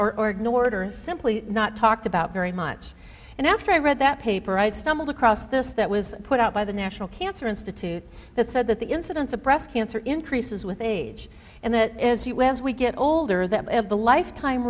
ignored or simply not talked about very much and after i read that paper i stumbled across this it was put out by the national cancer institute that said that the incidence of breast cancer increases with age and that as you as we get older that the lifetime